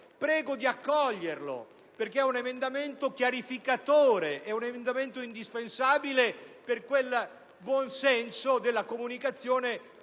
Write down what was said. prego di accoglierlo, perché è un emendamento chiarificatore ed indispensabile per quel buon senso della comunicazione